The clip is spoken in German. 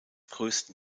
größten